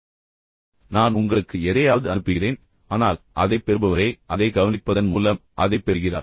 அனுப்புபவர் பேச்சாளர் என்று நீங்கள் கருதலாம் தற்போது நான் உங்களுக்கு எதையாவது அனுப்புகிறேன் ஆனால் அதைப் பெறுபவரே அதைக் கவனிப்பதன் மூலம் அதைப் பெறுகிறார்